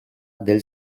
del